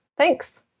Thanks